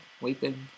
Weeping